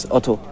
Otto